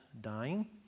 dying